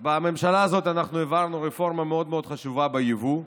אז בממשלה הזאת אנחנו העברנו רפורמה מאוד חשובה ביבוא,